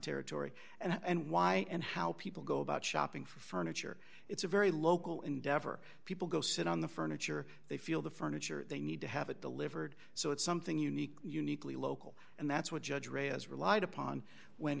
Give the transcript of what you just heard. territory and why and how people go about shopping for furniture it's a very local endeavor people go sit on the furniture they feel the furniture they need to have it delivered so it's something unique uniquely local and that's what